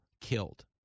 killed